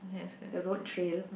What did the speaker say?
the road trail